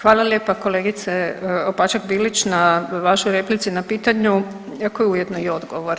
Hvala lijepa kolegice Opačak Bilić na vašoj replici na pitanju koje je ujedno i odgovor.